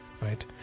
right